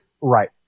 Right